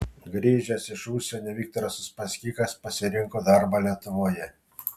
grįžęs iš užsienio viktoras uspaskichas pasirinko darbą lietuvoje